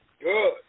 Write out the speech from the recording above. Good